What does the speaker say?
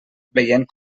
veient